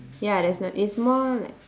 ya there's no it's more like